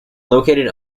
located